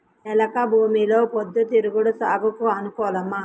చెలక భూమిలో పొద్దు తిరుగుడు సాగుకు అనుకూలమా?